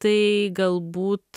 tai galbūt